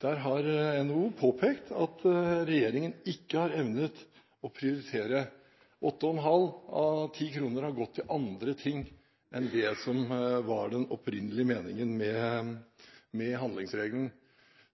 Der har NHO påpekt at regjeringen ikke har evnet å prioritere. Åtte og en halv av ti kroner har gått til andre ting enn det som var den opprinnelige meningen med handlingsregelen.